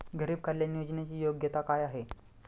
गरीब कल्याण योजनेची योग्यता काय आहे?